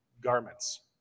garments